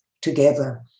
together